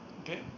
Okay